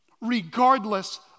regardless